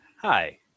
Hi